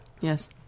Yes